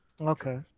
Okay